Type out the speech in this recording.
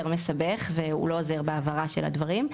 מסבך והוא לא עוזר בהבהרה של הדברים.